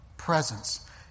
Presence